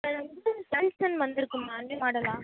அதில் வந்து சாம்சன் வந்திருக்கு மேம் நியூ மாடலா